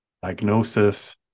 diagnosis